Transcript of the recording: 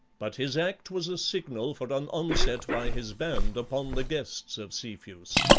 but his act was a signal for an onset by his band upon the guests of cepheus.